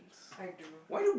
I do